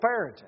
parenting